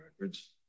records